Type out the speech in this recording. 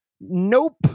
Nope